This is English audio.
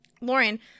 Lauren